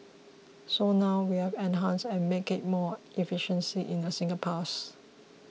so now we have enhanced and made it more efficient in a single pass